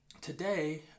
today